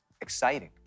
exciting